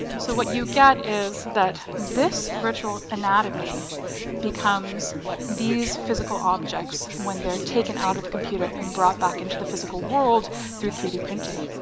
so what you get is that this virtual anatomy becomes these physical objects when they're taken out of the computer and brought back into the physical world through three d printing.